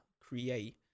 create